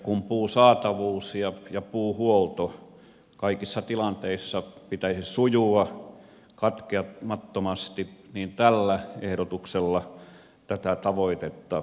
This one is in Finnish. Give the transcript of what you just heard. kun puun saatavuuden ja puuhuollon kaikissa tilanteissa pitäisi sujua katkeamattomasti niin tällä ehdotuksella tätä tavoitetta lyödään päähän